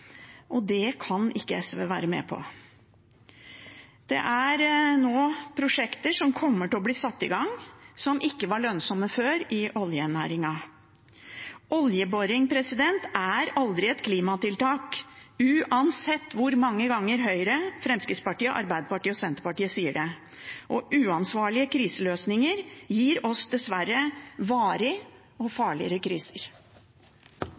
og det kan ikke SV være med på. Det kommer nå til å bli satt i gang prosjekter i oljenæringen som ikke var lønnsomme før. Oljeboring er aldri et klimatiltak – uansett hvor mange ganger Høyre, Fremskrittspartiet, Arbeiderpartiet og Senterpartiet sier det. Uansvarlige kriseløsninger gir oss dessverre varige og farligere kriser.